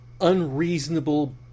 unreasonable